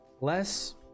less